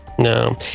No